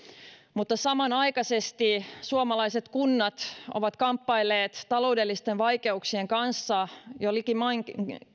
mutta samanaikaisesti suomalaiset kunnat ovat kamppailleet taloudellisten vaikeuksien kanssa jo likimain